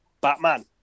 Batman